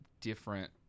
different